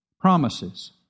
promises